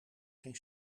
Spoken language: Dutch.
geen